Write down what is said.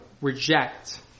reject